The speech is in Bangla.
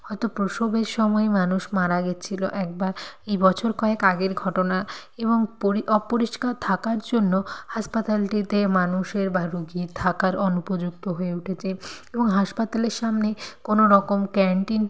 হয়তো প্রসবের সময় মানুষ মারা গেছিলো একবার এই বছর কয়েক আগের ঘটনা এবং পরি অপরিষ্কার থাকার জন্য হাসপাতালটিতে মানুষের বা রুগীর থাকার অনুপযুক্ত হয়ে উঠেছে এবং হাসপাতালের সামনে কোনো রকম ক্যান্টিন